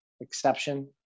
exception